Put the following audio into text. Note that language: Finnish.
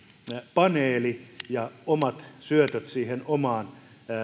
paneeli ja omat syötöt siihen omaan